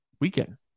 weekend